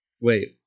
Wait